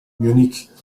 múnich